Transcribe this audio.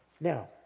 Now